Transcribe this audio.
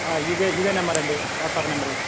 ఆ ఇదే ఇదే నెంబర్ అండి వాట్సాప్ నంబరు